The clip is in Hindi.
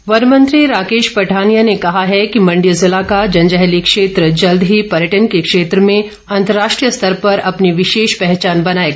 पठानिया वन मंत्री राकेश पठानिया ने कहा है कि मण्डी ज़िला का जंजैहली क्षेत्र जल्द ही पर्यटन के क्षेत्र में अंतर्राष्ट्रीय स्तर पर अपनी विशेष पहचान बनाएगा